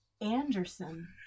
Anderson